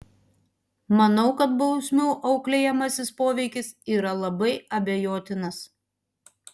manau kad bausmių auklėjamasis poveikis yra labai abejotinas